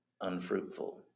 unfruitful